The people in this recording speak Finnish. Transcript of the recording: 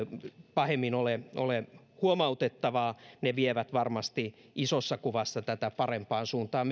pahemmin ole ole huomautettavaa ne vievät varmasti isossa kuvassa tätä parempaan suuntaan